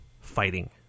fighting